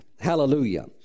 Hallelujah